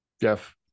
Jeff